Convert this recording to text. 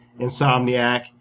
Insomniac